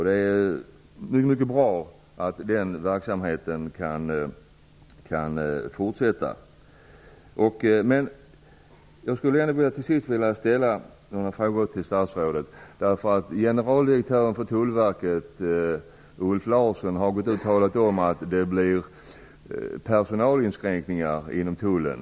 Det är mycket bra att verksamheten kan fortsätta på detta sätt. Jag skulle till sist vilja ställa några frågor till statsrådet. Larsson har uttalat att det kommer att bli personalinskränkningar inom tullen.